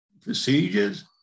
procedures